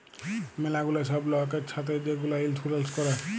ম্যালা গুলা ছব লয়কের ছাথে যে গুলা ইলসুরেল্স ক্যরে